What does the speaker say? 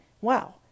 wow